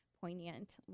poignant